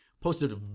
Posted